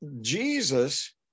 Jesus